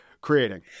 creating